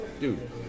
Dude